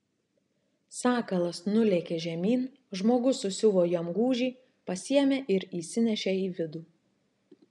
sakalas nulėkė žemyn žmogus susiuvo jam gūžį pasiėmė ir įsinešė į vidų